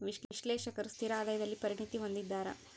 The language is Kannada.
ವಿಶ್ಲೇಷಕರು ಸ್ಥಿರ ಆದಾಯದಲ್ಲಿ ಪರಿಣತಿ ಹೊಂದಿದ್ದಾರ